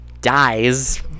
dies